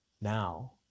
now